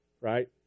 Right